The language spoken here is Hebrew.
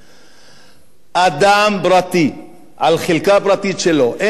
אדם פרטי על חלקה פרטית שלו, אין עליה שום הפקעה,